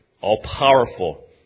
all-powerful